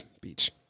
beach